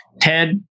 Ted